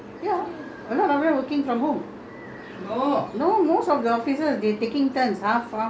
no still people not coming to office you know a lot of them are working from home ya a lot of them are working from home